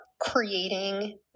creating